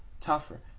tougher